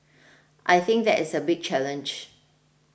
I think that is a big challenge